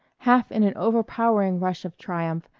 half in an overpowering rush of triumph,